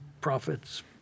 profits